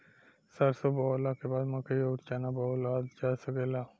सरसों बोअला के बाद मकई अउर चना बोअल जा सकेला